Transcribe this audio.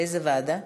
איזה ועדה?